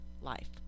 life